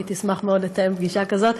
והיא תשמח מאוד לתאם פגישה כזאת.